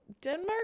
Denmark